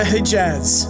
Hijaz